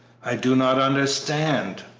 i do not understand.